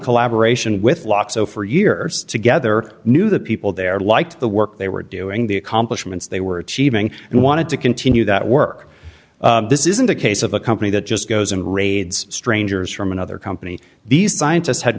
collaboration with locke so for years together knew the people there liked the work they were doing the accomplishments they were achieving and wanted to continue that work this isn't a case of a company that just goes and raids strangers from another company these scientists had